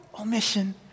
omission